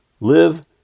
Live